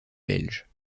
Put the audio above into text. belge